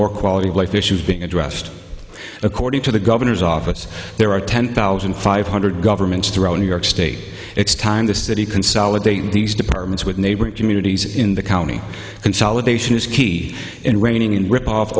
more quality of life issues being addressed according to the governor's office there are ten thousand five hundred governments throughout new york state it's time the city consolidate these departments with neighboring communities in the county consolidation is key in reining in ripoff